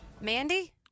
Mandy